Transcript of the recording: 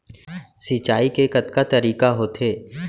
सिंचाई के कतका तरीक़ा होथे?